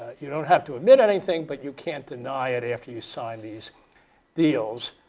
you don't have to admit anything, but you can't deny it after you sign these deals.